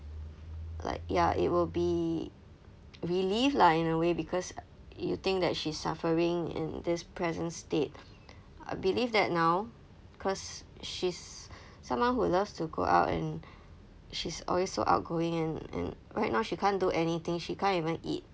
like ya it will be relief lah in a way because you think that she's suffering in this present state I believe that now cause she's someone who loves to go out and she's always so outgoing and and right now she can't do anything she can't even eat